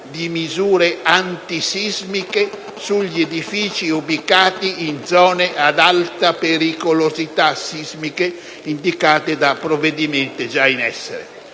di misure antisismiche sugli edifici ubicati in zone ad alta pericolosità sismica indicate da provvedimenti già in essere.